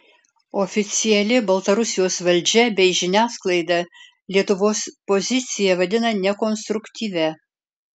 oficiali baltarusijos valdžia bei žiniasklaida lietuvos poziciją vadina nekonstruktyvia